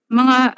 mga